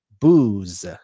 booze